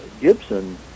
Gibson